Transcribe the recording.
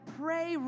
pray